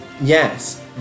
Yes